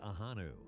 Ahanu